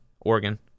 Oregon